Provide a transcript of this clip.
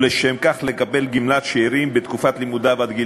ולשם כך לקבל גמלת שאירים בתקופת לימודיו עד גיל